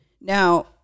Now